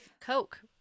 coke